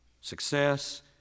success